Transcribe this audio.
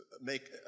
make